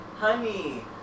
honey